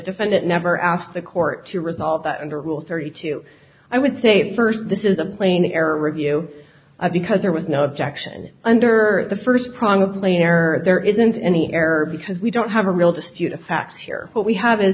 defendant never asked the court to resolve that under rule thirty two i would say first this is a plain error review of because there was no objection under the first prong cleaner there isn't any error because we don't have a real tissue the facts here what we have